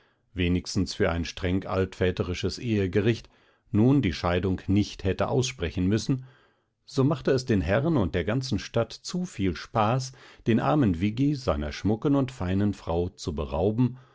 wenigstens für ein streng altväterisches ehegericht nun die scheidung nicht hätte aussprechen müssen so machte es den herren und der ganzen stadt zu viel spaß den armen viggi seiner schmucken und feinen frau zu berauben